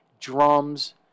drums